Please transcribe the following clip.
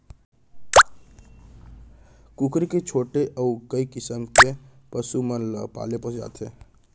कुकरी के छोड़े अउ कई किसम के पसु मन ल पाले पोसे जाथे